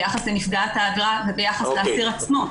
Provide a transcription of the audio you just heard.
ביחס לנפגעת העבירה וביחס לאסיר עצמו.